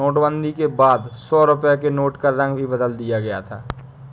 नोटबंदी के बाद सौ रुपए के नोट का रंग भी बदल दिया था